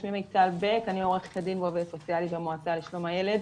שמי מיטל בק אני עורכת דין ועובדת סוציאלית במועצה לשלום הילד,